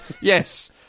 yes